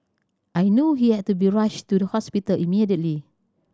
I knew he had to be rushed to the hospital immediately